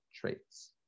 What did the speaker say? traits